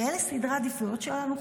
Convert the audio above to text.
ואלה סדרי העדיפויות שלנו?